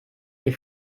ihr